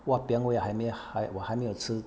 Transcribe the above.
!wahpiang! !yay! 还没还我还没有吃